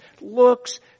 looks